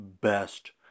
best